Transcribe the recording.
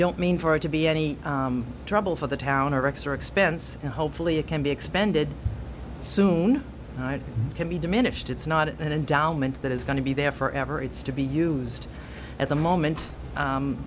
don't mean for it to be any trouble for the town or extra expense and hopefully it can be expended soon can be diminished it's not an endowment that is going to be there forever it's to be used at the moment